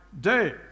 day